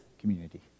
community